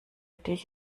dich